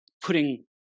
putting